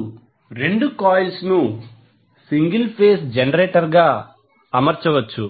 ఇప్పుడు రెండు కాయిల్స్ను సింగిల్ ఫేజ్ జెనరేటర్గా అమర్చవచ్చు